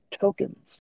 tokens